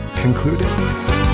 concluded